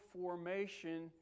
formation